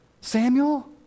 Samuel